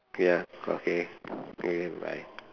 ya okay okay bye